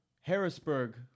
Harrisburg